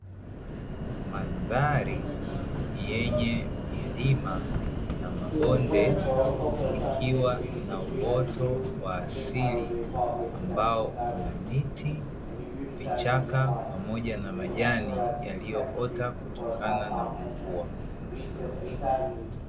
Mandhari yenye milima na mabonde, ikiwa na uoto wa asili ambao una miti, vichaka pamoja na majani yaliyoota kutokana na mvua.